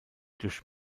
durch